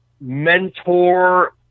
mentor